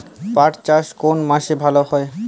পাট চাষ কোন মাসে ভালো হয়?